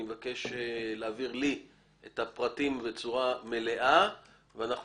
אני מבקש להעביר לי את הפרטים בצורה מלאה ואנחנו